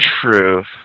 True